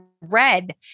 red